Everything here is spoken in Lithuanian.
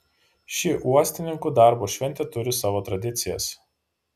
ši uostininkų darbo šventė turi savo tradicijas